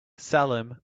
salim